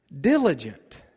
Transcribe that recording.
Diligent